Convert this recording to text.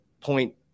point